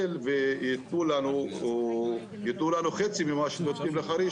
וייתנו לנו חצי ממה שנותנים לחריש,